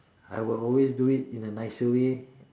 I will always do it in a nicer way